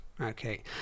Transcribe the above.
okay